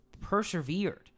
persevered